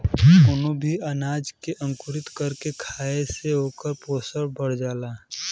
कवनो भी अनाज के अंकुरित कर के खाए से ओकर पोषण बढ़ जाला